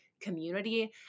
community